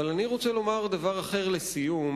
אבל אני רוצה לומר דבר אחר לסיום,